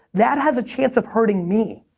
that has a chance of hurting me.